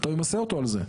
אתה ממסה אותו על זה.